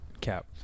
Cap